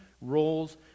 roles